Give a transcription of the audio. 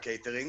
הקייטרינג,